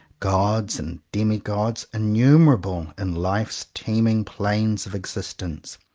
gods and demi-gods innumerable, in life's teeming planes of existence,